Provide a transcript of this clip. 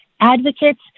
advocates